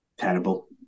Terrible